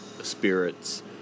spirits